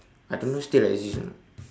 I don't know still exist or not